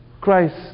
Christ